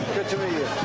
to meet you.